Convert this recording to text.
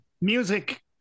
music